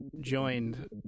joined